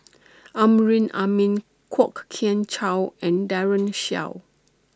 Amrin Amin Kwok Kian Chow and Daren Shiau